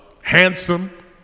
handsome